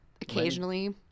occasionally